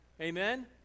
Amen